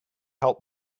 help